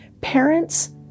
parents